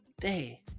day